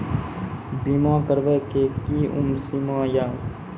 बीमा करबे के कि उम्र सीमा या?